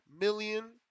million